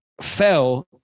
fell